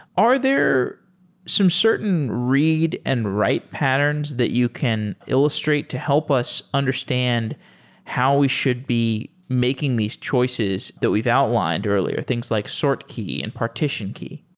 are there some certain read and write patterns that you can illustrate to help us understand how we should be making these choices that we've outlined earlier, things like sort key and partition key?